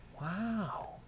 Wow